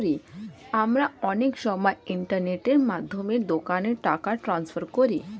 আমরা অনেক সময় ইন্টারনেটের মাধ্যমে দোকানে টাকা ট্রান্সফার করি